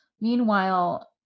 meanwhile